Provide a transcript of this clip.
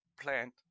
plant